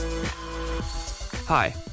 Hi